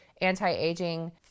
anti-aging